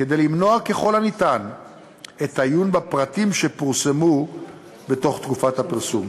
כדי למנוע ככל הניתן את העיון בפרטים שפורסמו בתום תקופת הפרסום.